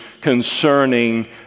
concerning